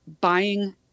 buying